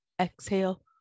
Exhale